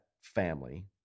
family